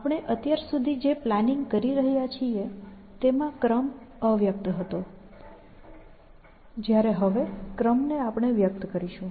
આપણે અત્યાર સુધી જે પ્લાનિંગ કરી રહ્યા છીએ તેમાં ક્રમ અવ્યક્ત હતો જયારે હવે ક્રમ ને આપણે વ્યક્ત કરીશું